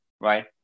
right